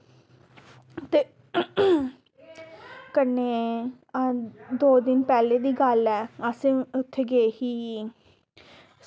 ते कन्नै दो दिन पैह्लें दी गल्ल ऐ अस उत्थें गे ही